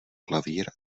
klavír